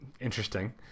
interesting